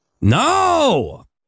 no